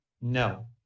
no